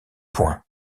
point